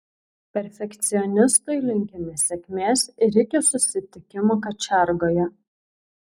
perfekcionistui linkime sėkmės ir iki susitikimo kačiargoje